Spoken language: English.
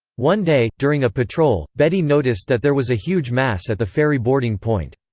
one day, during a patrol, bedi noticed that there was a huge mass at the ferry boarding point.